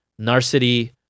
Narcity